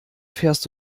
fährst